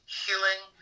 healing